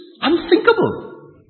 unthinkable